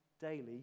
daily